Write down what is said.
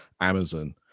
Amazon